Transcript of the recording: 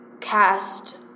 cast